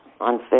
on